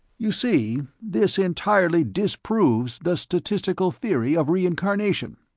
you see, this entirely disproves the statistical theory of reincarnation.